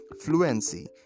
fluency